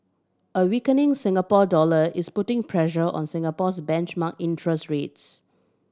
a weakening Singapore dollar is putting pressure on Singapore's benchmark interest rates